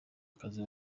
akazi